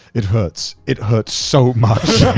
it hurts. it hurts so much.